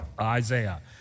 Isaiah